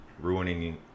Ruining